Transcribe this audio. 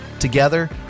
Together